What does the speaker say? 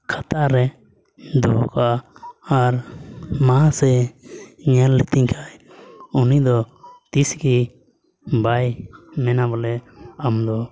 ᱠᱷᱟᱛᱟ ᱨᱮ ᱫᱚᱦᱚ ᱠᱟᱜᱼᱟ ᱟᱨ ᱢᱚᱦᱟᱥᱚᱭᱮ ᱧᱮ ᱞᱮᱛᱤᱧ ᱠᱷᱟᱱ ᱩᱱᱤ ᱫᱚ ᱛᱤᱥᱜᱮ ᱵᱟᱭ ᱢᱮᱱᱟ ᱵᱚᱞᱮ ᱟᱢᱫᱚ